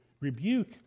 rebuke